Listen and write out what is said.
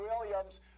Williams